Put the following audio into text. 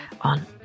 on